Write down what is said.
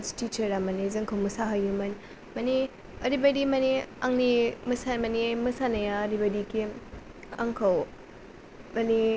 जोंनि बे classical dance टिसारा जोंखौ मोसाहोयोमोन ओ माने ओरैबादि माने आंनि मोसानाया ओरैबादिखि आंखौ माने